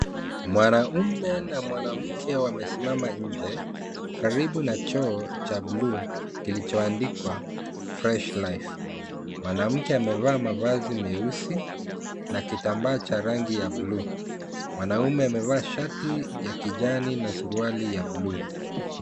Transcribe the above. Mwanaume na mwanamke wamesimama nje karibu na choo cha blue kilichoandikwa fresh life . Mwanamke amevaa mavazi meusi na kitambaa cha rangi ya blue . Mwanaume amevaa shati la kijani na suruali ya blue .